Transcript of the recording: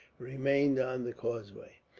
remained on the causeway.